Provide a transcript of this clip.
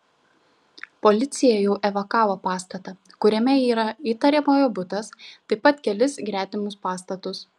policija jau evakavo pastatą kuriame yra įtariamojo butas taip pat kelis gretimus pastatus